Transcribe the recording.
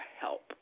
help